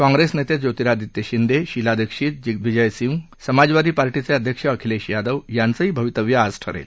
काँप्रेस नेते ज्योतिरादित्य शिंदे शीला दीक्षित दिग्विजय सिंह समाजवादी पार्टीचे अध्यक्ष अखिलेश यादव यांचंही भवितव्य आज ठरेल